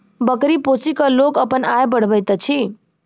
बकरी पोसि क लोक अपन आय बढ़बैत अछि